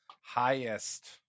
highest